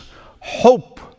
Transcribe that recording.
hope